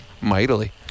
mightily